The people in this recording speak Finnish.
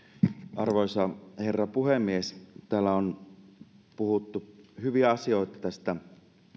arvoisa herra puhemies täällä on puhuttu hyviä asioita tästä